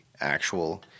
actual